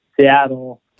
seattle